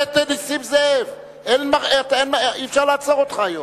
הכנסת נסים זאב, אי-אפשר לעצור אותך היום.